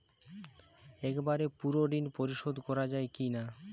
একবারে পুরো ঋণ পরিশোধ করা যায় কি না?